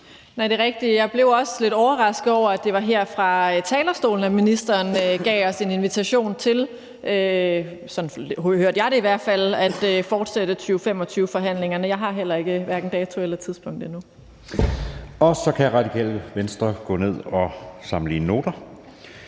Nej, det er rigtigt. Jeg blev også lidt overrasket over, at det var her fra talerstolen, ministeren gav os en invitation til – sådan hørte jeg det i hvert fald – at fortsætte forhandlingerne om 2025-målet. Jeg har heller ikke hverken dato eller tidspunkt endnu. Kl. 13:29 Anden næstformand (Jeppe Søe):